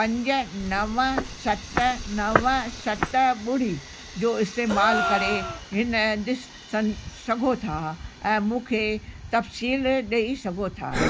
पंज नव सत नव सत ॿुड़ी जो इस्तेमालु करे हिन दिस सन सघो था ऐं मूंखे तफ़सील ॾई सघो था